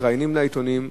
מתראיינים לעיתונים,